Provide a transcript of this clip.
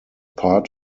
part